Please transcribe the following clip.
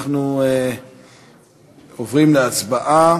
אנחנו עוברים להצבעה.